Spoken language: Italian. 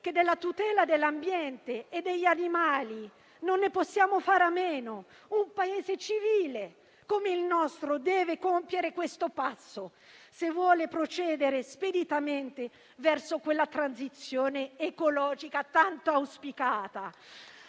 che della tutela dell'ambiente e degli animali non possiamo fare a meno. Un Paese civile, come il nostro, deve compiere questo passo se vuole procedere speditamente verso quella transizione ecologica tanto auspicata.